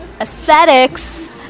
Aesthetics